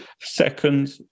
Second